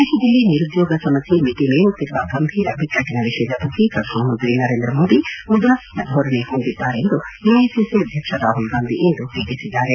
ದೇತದಲ್ಲಿ ನಿರುದ್ಜೋಗ ಸಮಸ್ಯೆ ಮಿತಿಮೀರುತ್ತಿರುವ ಗಂಭೀರ ಬಿಕ್ಕಟ್ಟನ ವಿಷಯದ ಬಗ್ಗೆ ಪ್ರಧಾನಮಂತ್ರಿ ನರೇಂದ್ರಮೋದಿ ಉದಾಸೀನ ಧೋರಣೆ ಹೊಂದಿದ್ದಾರೆಂದು ಎಐಸಿಸಿ ಅಧ್ಯಕ್ಷ ರಾಹುಲ್ಗಾಂಧಿ ಇಂದು ಟೀಕಿಸಿದ್ದಾರೆ